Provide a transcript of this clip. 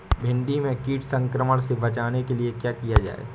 भिंडी में कीट संक्रमण से बचाने के लिए क्या किया जाए?